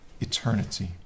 eternity